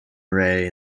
rey